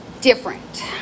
different